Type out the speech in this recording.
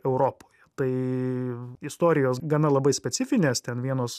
europoje tai istorijos gana labai specifinės ten vienos